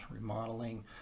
remodeling